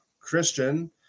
Christian